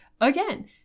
again